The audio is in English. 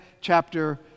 chapter